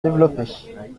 développer